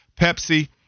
Pepsi